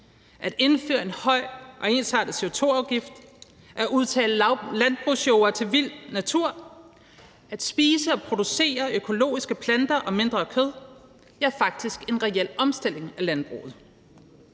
at indføre en høj og ensartet CO2-afgift, at udtage landbrugsjorder til vild natur og at spise og producere økologiske planter og mindre kød, ja, faktisk en reel omstilling af landbruget.